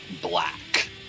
Black